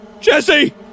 Jesse